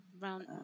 Round